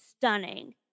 stunning